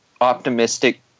optimistic